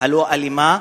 הלא-אלימה,